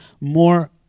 more